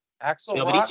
Axel